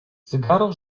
cygaro